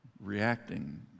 reacting